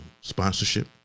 sponsorship